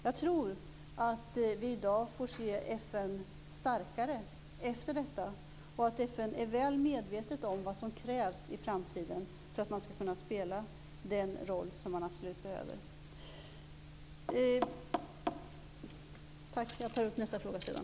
Jag tror att vi efter detta får se ett starkare FN och att FN är väl medvetet om vad som i framtiden krävs för att FN skall kunna spela den roll som det absolut behöver spela. Jag får ta upp nästa fråga sedan.